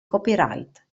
copyright